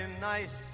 nice